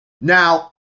Now